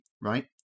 right